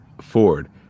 Ford